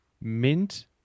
mint